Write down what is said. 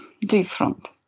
different